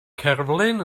cerflun